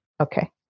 okay